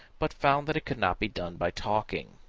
but found that it could not be done by talking.